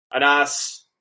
Anas